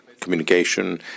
communication